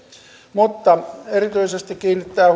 mutta erityisesti kiinnittää